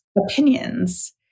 opinions